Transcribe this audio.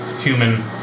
human